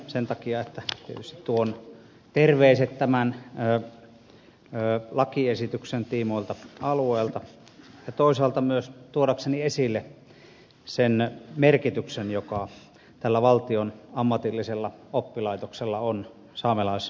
sen takia että tietysti tuon terveiset tämän lakiesityksen tiimoilta alueelta ja toisaalta myös tuodakseni esille sen merkityksen joka tällä valtion ammatillisella oppilaitoksella on saamelaisalueelle